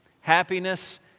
Happiness